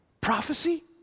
prophecy